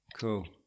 cool